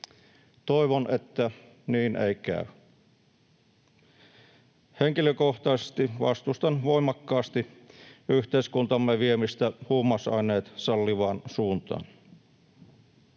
Toivon, että niin ei käy. Henkilökohtaisesti vastustan voimakkaasti yhteiskuntamme viemistä huumausaineet sallivaan suuntaan.